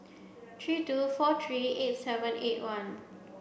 three two four three eight seven eight one